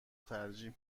ترجیح